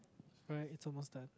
well it's almost done